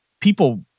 people